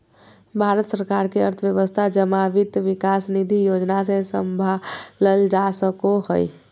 भारत सरकार के अर्थव्यवस्था जमा वित्त विकास निधि योजना से सम्भालल जा सको हय